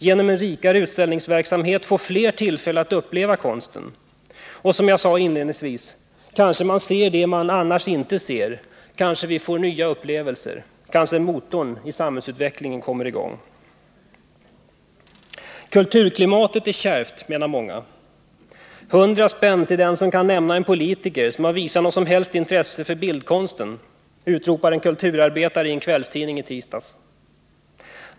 Genom en rikare utställningsverksamhet får fler tillfälle att uppleva konsten. Och som jag sade inledningsvis kanske man ser det man annars inte ser. Kanske man får nya upplevelser. Kanske motorn i samhällsutvecklingen kommer i gång. Kulturklimatet är kärvt, menar många. ”Hundra spänn till den som kan nämna en politiker som visat något som helst intresse för bildkonsten” utropade en kulturarbetare i en kvällstidning i tisdags.